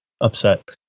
upset